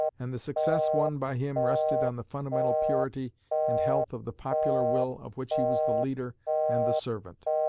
and the success won by him rested on the fundamental purity and health of the popular will of which he was the leader and the servant.